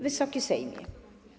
Wysoki Sejmie!